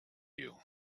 you